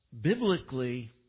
biblically